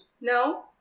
No